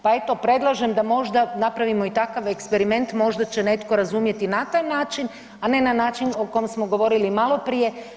Pa eto predlažem da možda napravimo i takav eksperiment, možda će netko razumjeti na taj način, a ne na način o kom smo govorili maloprije.